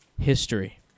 history